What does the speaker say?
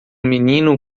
menino